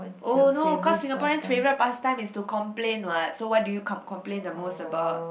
oh no cause Singaporean favorite pastime is to complain what so what do you complain the most about